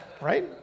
Right